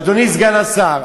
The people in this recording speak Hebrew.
אדוני סגן השר,